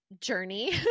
journey